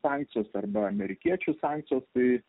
sankcijos arba amerikiečių sankcijos tai